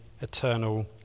eternal